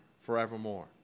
forevermore